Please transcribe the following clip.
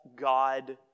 God